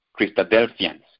Christadelphians